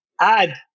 add